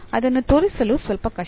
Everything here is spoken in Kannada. ಅದನ್ನು ತೋರಿಸಲು ಸ್ವಲ್ಪ ಕಷ್ಟ